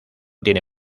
tiene